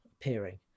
appearing